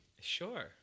Sure